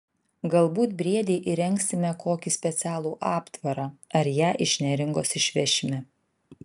galbūt briedei įrengsime kokį specialų aptvarą ar ją iš neringos išvešime